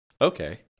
okay